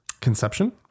conception